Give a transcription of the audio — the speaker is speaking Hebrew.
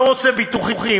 לא רוצה ביטוחים,